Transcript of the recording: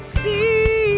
see